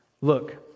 Look